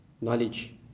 knowledge